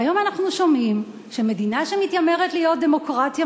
והיום אנחנו שומעים שבמדינה שמתיימרת להיות דמוקרטיה